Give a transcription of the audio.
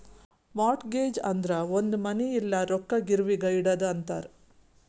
mortgage ಅಂದುರ್ ಒಂದ್ ಮನಿ ಇಲ್ಲ ರೊಕ್ಕಾ ಗಿರ್ವಿಗ್ ಇಡದು ಅಂತಾರ್